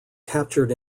captured